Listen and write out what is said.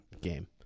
game